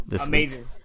Amazing